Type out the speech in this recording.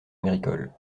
agricole